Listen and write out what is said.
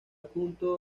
adjunto